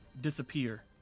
disappear